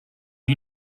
you